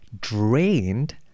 drained